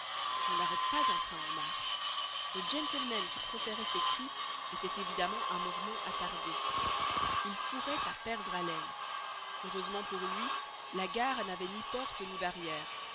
on n'arrête pas un train en marche le gentleman qui proférait ces cris était évidemment un mormon attardé il courait à perdre haleine heureusement pour lui la gare n'avait ni portes ni